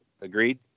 Agreed